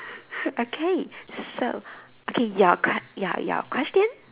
okay so okay your que~ your your question